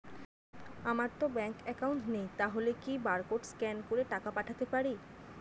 আমারতো bank account নেই তাহলে কি কি বারকোড স্ক্যান করে টাকা পাঠাতে পারি?